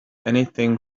anything